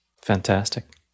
Fantastic